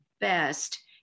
best